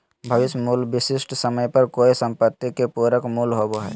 भविष्य मूल्य विशिष्ट समय पर कोय सम्पत्ति के पूरक मूल्य होबो हय